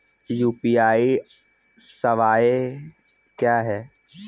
UPI सवायें क्या हैं?